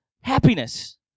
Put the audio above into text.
happiness